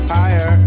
higher